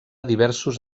diversos